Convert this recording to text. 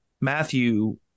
Matthew